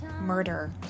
Murder